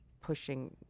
pushing